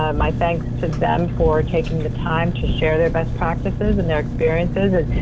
um my thanks to them for taking the time to share their best practices and their experiences.